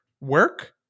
work